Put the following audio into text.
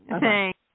Thank